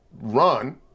run